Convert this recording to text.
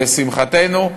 לשמחתנו,